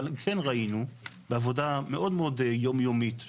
אבל כן ראינו, בעבודה מאוד מאוד יום יומית שלנו.